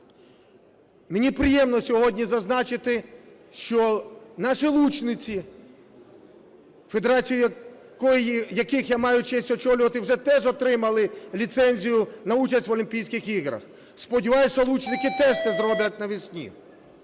Мені приємно сьогодні зазначити, що наші лучниці, федерацію яких я маю честь очолювати, вже теж отримали ліцензію на участь в Олімпійських іграх. Сподіваюся, що лучники теж це зроблять навесні.